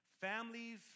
Families